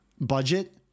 budget